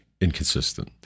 inconsistent